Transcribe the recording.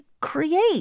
create